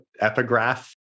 epigraph